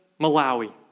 Malawi